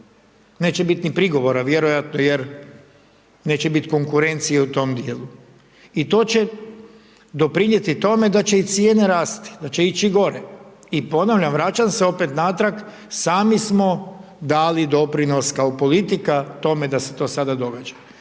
Neće bit ni prigovora vjerojatno jer neće biti konkurencije u tom djelu i to će doprinijeti tome i cijene rasti, da će ići gore i ponavljam, vraćam se opet natrag, sami smo dali doprinos kao politika tome da se to sada događa.